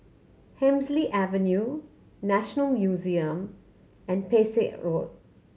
Hemsley Avenue National Museum and Pesek Road